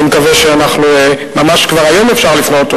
אני מקווה שממש כבר היום אפשר לפנות,